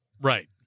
Right